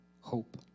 hope